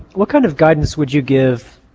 what kind of guidance would you give